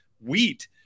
wheat